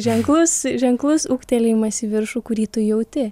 ženklus ženklus ūgtelėjimas į viršų kurį tu jauti